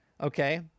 Okay